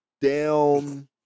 down